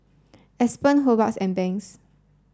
Aspen Hobart and Banks